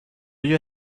you